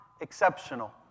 exceptional